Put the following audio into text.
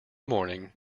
morning